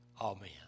Amen